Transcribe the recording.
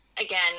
again